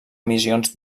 missions